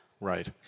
Right